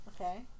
Okay